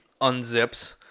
unzips